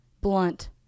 blunt